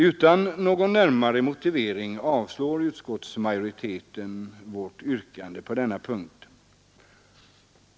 Utan någon närmare motivering avslår utskottsmajoriteten vårt yrkande på denna punkt.